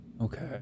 Okay